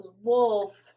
wolf